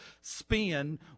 spin